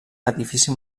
edifici